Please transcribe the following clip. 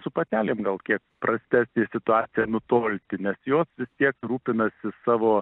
su patelė gal kiek prastesnė situacija nutolti nes jos vis tiek rūpinasi savo